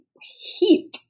heat